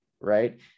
right